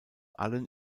allen